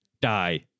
die